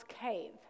Cave